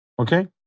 Okay